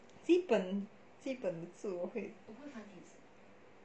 基本基本的字我会